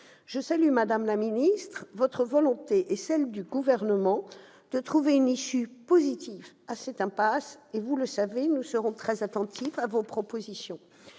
Je salue, madame la ministre, votre volonté et celle du Gouvernement de trouver une issue positive à cette impasse. Vous le savez, nous serons très attentifs à vos propositions.